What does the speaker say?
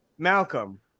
Malcolm